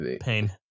Pain